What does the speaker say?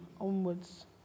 onwards